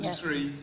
three